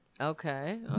okay